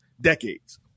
decades